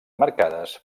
marcades